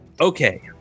Okay